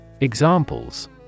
Examples